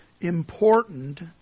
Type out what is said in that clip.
Important